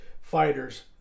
fighters